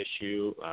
issue